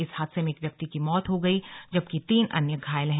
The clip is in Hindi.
इस हादसे में एक व्यक्ति की मौत हो गई है जबकि तीन अन्य घायल हैं